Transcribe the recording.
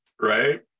right